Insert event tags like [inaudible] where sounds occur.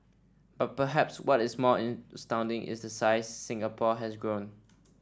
but perhaps what is more astounding is the size Singapore has grown [noise]